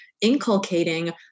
inculcating